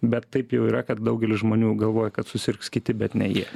bet taip jau yra kad daugelis žmonių galvoja kad susirgs kiti bet ne jie